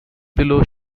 below